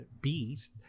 beast